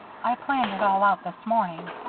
i planned it all out this morning.